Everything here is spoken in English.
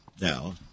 now